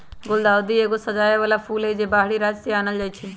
गुलदाऊदी एगो सजाबे बला फूल हई, जे बाहरी राज्य से आनल जाइ छै